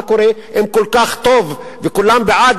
אם כל כך טוב וכולם בעד,